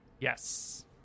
yes